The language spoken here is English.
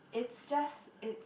it's just it's